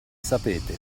sapete